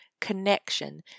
connection